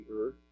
earth